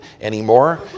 anymore